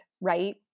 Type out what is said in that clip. right